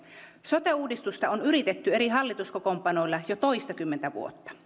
sote uudistusta on yritetty eri hallituskokoonpanoilla jo toistakymmentä vuotta